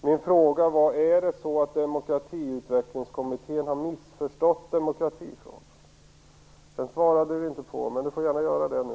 Min fråga var: Har Demokratiutvecklingskommittén missförstått demokratifrågan? Den svarade Axel Andersson inte på, men han får gärna göra det nu.